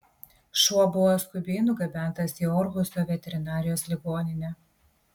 šuo buvo skubiai nugabentas į orhuso veterinarijos ligoninę